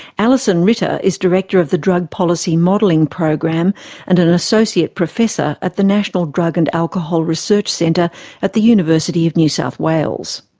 alison ritter is director of the drug policy modelling program and an associate professor at the national drug and alcohol research centre at the university of new south wales.